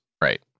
right